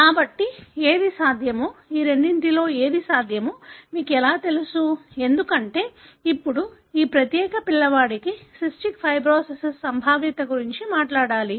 కాబట్టి ఏది సాధ్యమో ఈ రెండింటిలో ఏది సాధ్యమో మీకు ఎలా తెలుసు ఎందుకంటే ఇప్పుడు ఈ ప్రత్యేక పిల్లవాడికి సిస్టిక్ ఫైబ్రోసిస్ సంభావ్యత గురించి మాట్లాడాలి